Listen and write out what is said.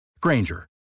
Granger